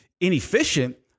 inefficient